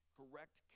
correct